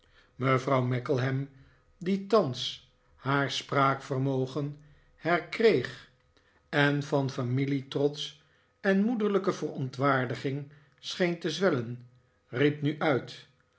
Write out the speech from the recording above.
mevrouw markleham die thans haar spraakvermogen herkreeg en van familietrots en moederlijke verontwaardiging scheen te zwellen riep nu uit